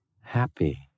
happy